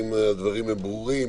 האם הדברים ברורים,